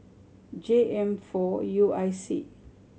J M four U I C